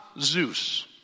Zeus